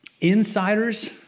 insiders